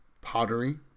pottery